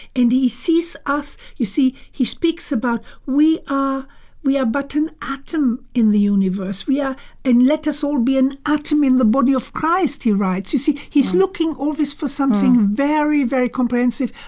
and he sees us. you see, he speaks about we ah we are but an atom in the universe. yeah and let us all be an atom in the body of christ, he writes. you see, he's looking always for something very, very comprehensive,